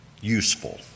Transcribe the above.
Useful